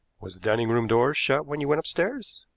was the dining-room door shut when you went upstairs?